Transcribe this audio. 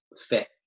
fit